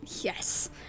Yes